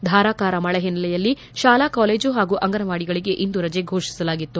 ಧಾರಾಕಾರ ಮಳೆ ಹಿನ್ನೆಲೆಯಲ್ಲಿ ಶಾಲಾ ಕಾಲೇಜು ಹಾಗೂ ಅಂಗನವಾಡಿಗಳಿಗೆ ಇಂದು ರಜೆ ಫೋಷಿಸಲಾಗಿತ್ತು